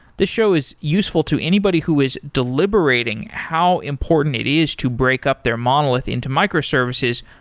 this show is useful to anybody who is deliberating how important it is to break up their monolith into micro services,